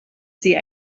sie